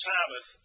Sabbath